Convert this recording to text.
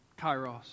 kairos